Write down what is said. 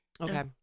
Okay